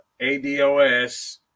ADOS